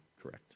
correct